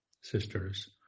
sisters